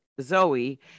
Zoe